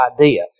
idea